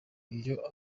iyo